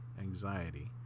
anxiety